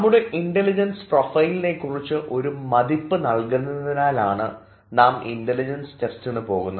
നമ്മുടെ ഇൻറലിജൻസ് പ്രൊഫൈലിനെ കുറിച്ച് ഒരു മതിപ്പ് നൽകുന്നതിനാലാണ് നാം ഇൻറലിജൻസ് ടെസ്റ്റിന് പോകുന്നത്